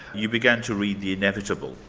you began to read the inevitable,